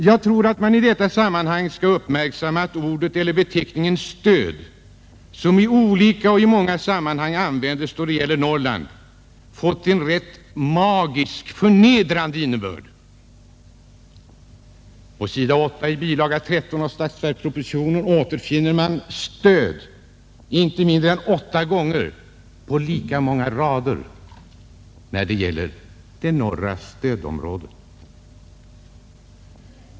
Jag tror att man i detta sammanhang skall uppmärksamma att ordet eller beteckningen ”stöd” som i olika sammanhang användes då det gäller Norrland fått en rent magisk, förnedrande innebörd. På sid. 8 i bilaga 13 till statsverkspropositionen återfinner man ”stöd” inte mindre än åtta gånger på lika många rader när det gäller det norra stödområdet.